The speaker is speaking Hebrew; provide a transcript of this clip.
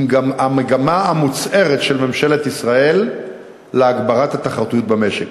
עם המגמה המוצהרת של ממשלת ישראל להגברת התחרותיות במשק.